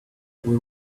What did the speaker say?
will